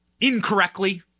incorrectly